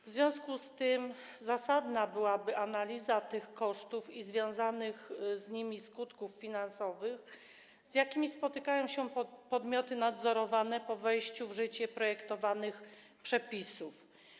W związku z tym zasadna byłaby analiza tych kosztów i związanych z nimi skutków finansowych, z jakimi spotkają się podmioty nadzorowane po wejściu w życie projektowanych przepisów.